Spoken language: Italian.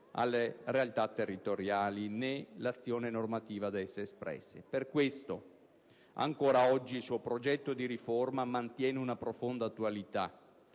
alle realtà territoriali né l'azione normativa da esse espressa. Per questo, ancora oggi il suo progetto di riforma mantiene una profonda attualità.